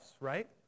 right